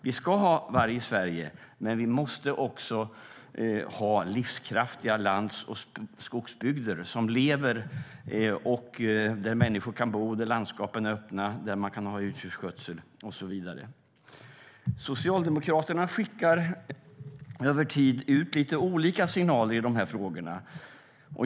Vi ska ha varg i Sverige, men vi måste också ha livskraftig lands och skogsbygd som lever och där människor kan bo, där landskapen är öppna, där man kan ha utomhusdjurskötsel och så vidare. Socialdemokraterna skickar över tid ut lite olika signaler i de här frågorna.